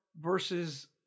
versus